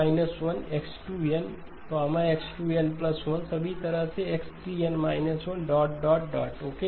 X2N 1 X2NX2N1 सभी तरह सेX3N 1 डॉट डॉट डॉट ओके